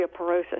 osteoporosis